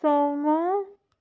ਸਮਾਂ